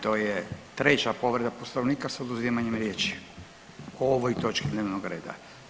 To je treća povreda Poslovnika s oduzimanjem riječi o ovoj točki dnevnog reda.